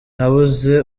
nabuze